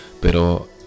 Pero